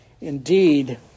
indeed